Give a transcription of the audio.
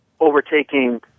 overtaking